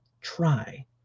Try